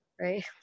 right